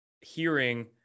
hearing